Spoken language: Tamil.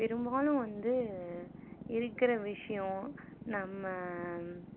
பெரும்பாலும் வந்து இருக்கிற விஷயம் நம்ம